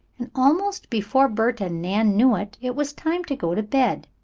and almost before bert and nan knew it, it was time to go to bed.